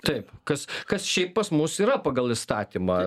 taip kas kas šiaip pas mus yra pagal įstatymą